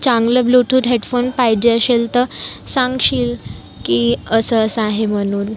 चांगलं Bluetooth headphone पाहिजे असेल तर सांगशील की असं असं आहे म्हणून